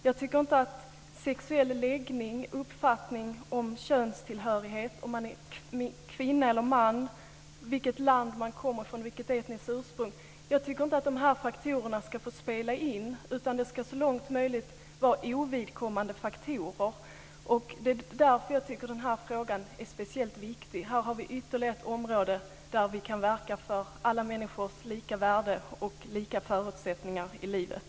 Jag tycker inte att sexuell läggning, uppfattning om könstillhörighet, om man är kvinna eller man, vilket land man kommer ifrån, vilket etniskt ursprung man har är faktorer som ska få spela in, utan det ska så långt möjligt vara ovidkommande faktorer. Det är därför som jag tycker att den här frågan är speciellt viktig. Här har vi ytterligare ett område där vi kan verka för alla människors lika värde och lika förutsättningar i livet.